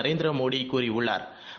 நரேந்திரமோடிகூறியுள்ளாா்